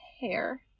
hair